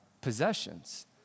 possessions